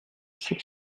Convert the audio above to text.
sept